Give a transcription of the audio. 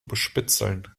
bespitzeln